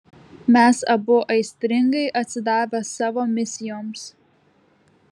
mes abu aistringai atsidavę savo misijoms